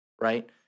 right